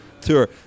tour